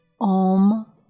om